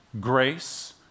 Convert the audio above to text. grace